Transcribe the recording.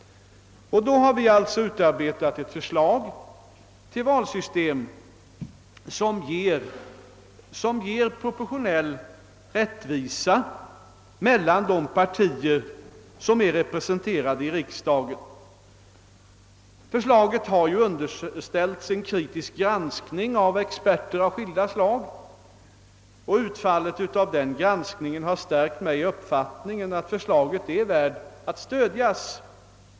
Vi har alltså utarbetat ett förslag till valsystem som ger proportionell rättvisa åt de partier som är representerade i riksdagen. Förslaget har undergått en ingående granskning av experter av skilda slag, och utfallet av den granskningen har stärkt mig i min upp fattning att förslaget är värt att stödjas.